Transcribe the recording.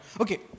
Okay